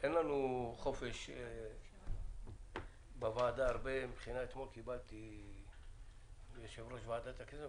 אין לנו חופש בוועדה אתמול קיבלתי מיושב-ראש ועדת הכנסת,